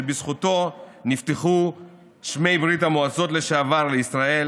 ובזכותו נפתחו שמי ברית המועצות לשעבר לישראל